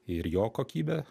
ir jo kokybę